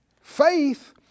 Faith